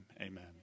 Amen